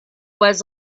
was